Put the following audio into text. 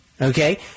Okay